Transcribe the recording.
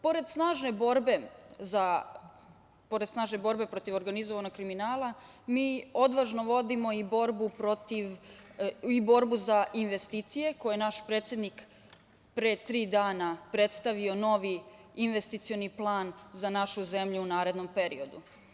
Pored snažne borbe protiv organizovanog kriminala, mi odvažno vodimo i borbu za investicije koje je naš predsednik pre tri dana predstavio, novi investicioni plan za našu zemlju u narednom periodu.